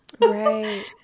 Right